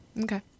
Okay